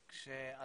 איך קוראים לו?